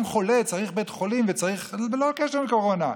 חולה צריך בית חולים ללא קשר לקורונה?